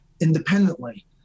independently